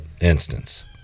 instance